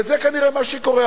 וזה כנראה מה שקורה.